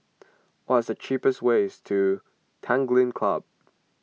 what is the cheapest ways to Tanglin Club